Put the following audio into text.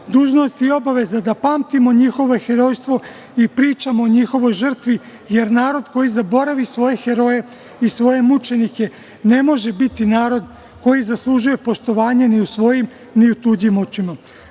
dužnost i obaveza da pamtimo njihovo herojstvo i pričamo o njihovoj žrtvi, jer narod koji zaboravi svoje heroje i svoje mučenike ne može biti narod koji zaslužuje poštovanje ni u svojim ni u tuđim očima.